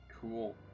Cool